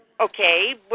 Okay